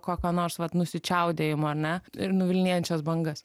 kokio nors vat nusičiaudėjimo ar ne ir nuvilnijančias bangas